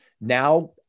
now